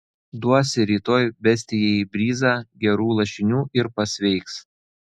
duosi rytoj bestijai bryzą gerų lašinių ir pasveiks